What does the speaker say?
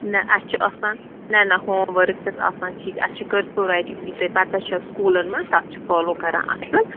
نہ اَسہِ چھُ آسان نہ نہ ہوم ؤرٕک چھس آسان ٹھیٖک اَسہِ چھِ کٔرسو رایٹِنٛگ یہِ تۄہہِ پَتاہ چھ سکوٗلَن منٛز تَتھ چھُ فالو کَران اَصل